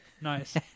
Nice